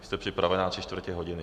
Už je připravená tři čtvrtě hodiny.